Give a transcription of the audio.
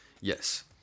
yes